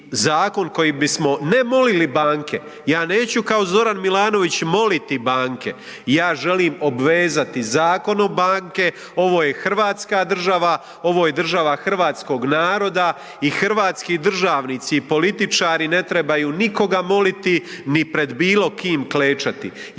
koji bismo, ne molili banke, ja neću kao Zoran Milanović moliti banke, ja želim obvezati zakonom banke, ovo je hrvatska država, ovo je država hrvatskog naroda i hrvatski državnici i političari ne trebaju nikoga moliti ni pred bilo kim klečati,